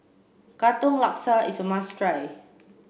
Katong Laksa is a must try